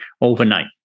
overnight